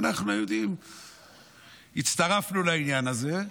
ואנחנו היהודים הצטרפנו לעניין הזה.